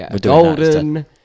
Golden